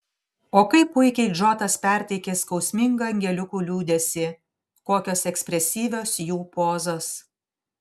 o kaip puikiai džotas perteikė skausmingą angeliukų liūdesį kokios ekspresyvios jų pozos